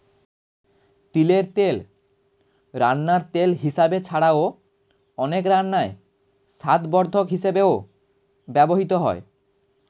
তিলের তেল রান্নার তেল হিসাবে ছাড়াও, অনেক রান্নায় স্বাদবর্ধক হিসাবেও ব্যবহৃত হয়